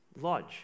lodge